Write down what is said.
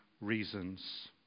reasons